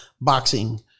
boxing